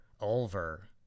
over